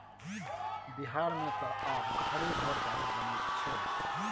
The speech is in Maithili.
बिहारमे त आब घरे घर दारू बनैत छै